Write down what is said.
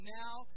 now